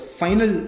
final